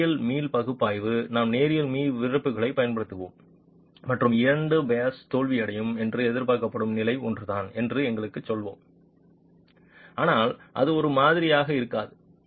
நேரியல் மீள் பகுப்பாய்வு நாம் நேரியல் மீள் விறைப்புகளைப் பயன்படுத்துவோம் மற்றும் இரண்டு பியர்ஸ் தோல்வியடையும் என்று எதிர்பார்க்கப்படும் நிலை ஒன்றுதான் என்று எங்களுக்குச் சொல்வோம் ஆனால் அது ஒரே மாதிரியாக இருக்காது